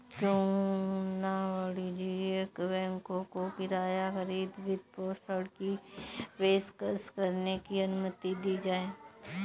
क्यों न वाणिज्यिक बैंकों को किराया खरीद वित्तपोषण की पेशकश करने की अनुमति दी जाए